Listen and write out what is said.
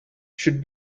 should